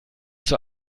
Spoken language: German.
zur